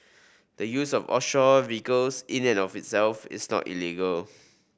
the use of offshore vehicles in and of itself is not illegal